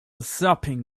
sopping